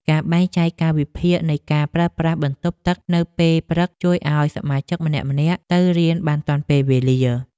ការបែងចែកកាលវិភាគនៃការប្រើប្រាស់បន្ទប់ទឹកនៅពេលព្រឹកជួយឱ្យសមាជិកម្នាក់ៗទៅរៀនបានទាន់ពេលវេលា។